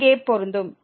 இங்கே பொருந்தும்